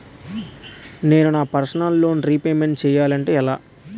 నేను నా personal loan repayment చేయాలంటే ఎలా?